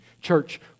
Church